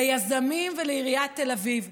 ליזמים ולעיריית תל אביב.